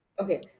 Okay